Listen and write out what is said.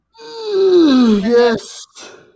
Yes